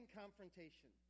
confrontation